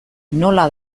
nola